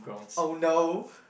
oh no